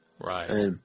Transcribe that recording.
Right